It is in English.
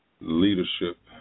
leadership